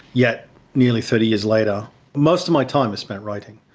yet nearly thirty years later most of my time is spent writing.